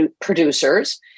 producers